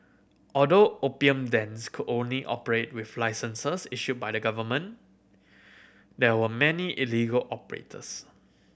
although opium dens could only operate with licenses issued by the government there were many illegal operators